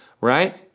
Right